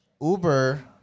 Uber